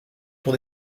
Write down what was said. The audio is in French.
tour